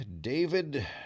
David